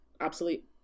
obsolete